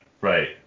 right